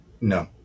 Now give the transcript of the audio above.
No